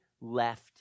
left